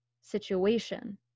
situation